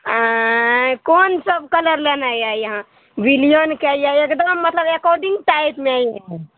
आयँ कोन सब कलर लेनाइ यऽ यहाँ विलियनके यै एकदम मतलब एकौडिंग टाइपमे यै